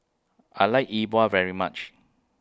I like E Bua very much